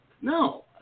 No